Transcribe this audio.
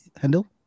handle